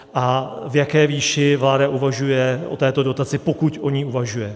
A v jaké výši vláda uvažuje o této dotaci, pokud o ní uvažuje?